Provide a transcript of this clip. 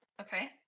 Okay